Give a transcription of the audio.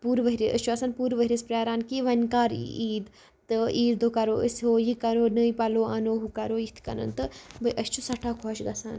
پوٗرٕ ؤرۍ یَس أسۍ چھِ آسان پوٗرٕ ؤرۍ یَس پرٛیٛاران کہِ وۄنۍ کٔر ایی عیٖد تہٕ عیٖذ دۄہ کَرو أسۍ ہُو یہِ کٔرو نٔے پلوٚو اَنو ہُو کٔرو یِتھ کٔنۍ تہٕ أسۍ چھِ سٮ۪ٹھاہ خوش گژھان